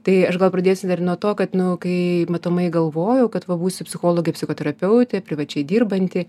tai aš gal pradėsiu nuo to kad nu kai matomai galvojau kad va būsiu psichologė psichoterapeutė privačiai dirbanti